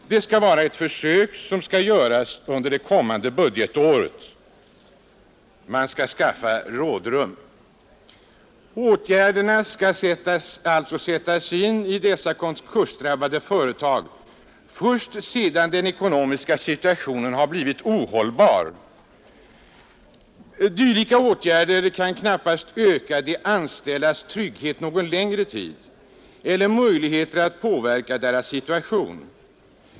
Det anges vara ett försök som skall göras under det kommande budgetåret. Åtgärderna skall alltså sättas in i dessa konkursdrabbade företag först sedan den ekonomiska situationen blivit ohållbar. Dylika åtgärder kan knappast öka de anställdas trygghet någon längre tid eller öka möjligheterna att påverka deras situation.